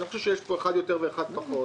אני לא חושב שיש פה אחד יותר ואחד פחות.